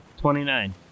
twenty-nine